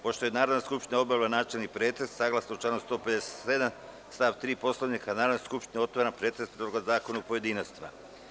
Pošto je Narodna skupština obavila načelni pretres, saglasno planu 157. stav 3. Poslovnika Narodne skupštine, otvaram pretres Predloga zakona u pojedinostima.